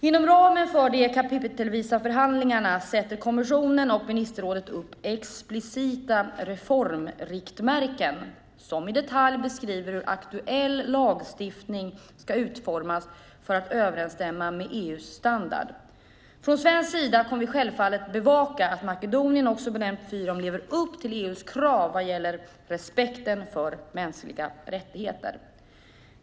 Inom ramen för de kapitelvisa förhandlingarna sätter kommissionen och ministerrådet upp explicita reformriktmärken som i detalj beskriver hur aktuell lagstiftning ska utformas för att överensstämma med EU:s standard. Från svensk sida kommer vi självfallet att bevaka att Makedonien, också benämnt Fyrom, lever upp till EU:s krav vad gäller respekten för mänskliga rättigheter.